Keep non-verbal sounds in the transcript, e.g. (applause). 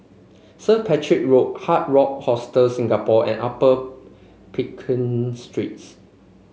St Patrick Road Hard Rock Hostel Singapore and Upper (unintelligible) Streets